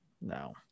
No